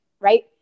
right